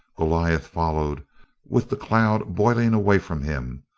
goliath followed with the cloud boiling away from him,